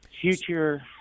future